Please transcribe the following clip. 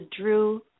drew